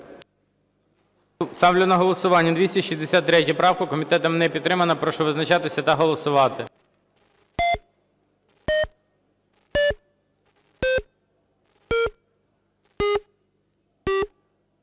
Ставлю на голосування 263 правку. Комітетом не підтримана. Прошу визначатися та голосувати.